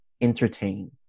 Entertain